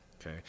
Okay